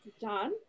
John